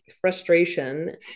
frustration